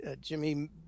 Jimmy